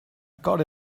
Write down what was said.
got